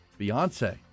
Beyonce